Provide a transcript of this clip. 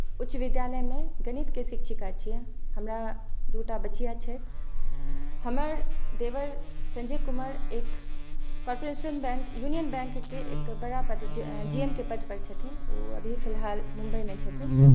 उच्च विद्यालयमे गणितके शिक्षिका छियै हमरा दुटा बचिआ छियै हमर देवर सञ्जय कुँवर एक कॉर्पोरेशन बैंक युनियन बैंक केँ एक बड़ा पद जी एम के पद पर छथिन ओ अभी फिलहाल मुम्बइमे छथिन